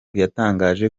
yatangaje